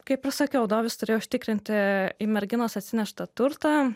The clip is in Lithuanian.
kaip ir sakiau dovis turėjo užtikrinti į merginos atsineštą turtą